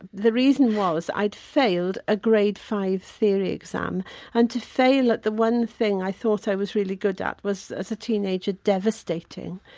the reason was i'd failed a grade five theory exam and to fail at the one thing i thought i was really good at was, as a teenager, devastating.